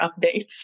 updates